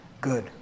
good